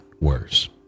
worse